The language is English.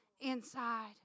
inside